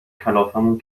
کلافمون